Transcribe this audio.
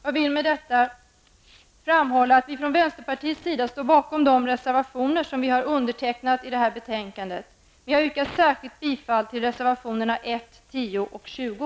Jag vill med det anförda framhålla att vi från vänsterpartiets sida står bakom alla våra reservationer i detta betänkande och att jag vill yrka bifall till reservationerna 1, 10 och 20.